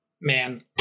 man